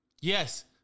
Yes